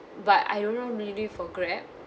but I don't know really for grab